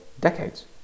decades